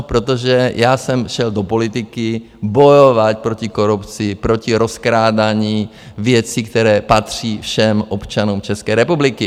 Protože já jsem šel do politiky bojovat proti korupci, proti rozkrádání věcí, které patří všem občanům České republiky.